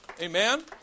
Amen